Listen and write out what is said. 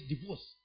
divorce